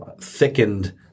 thickened